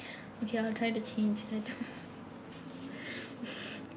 okay I will try to change that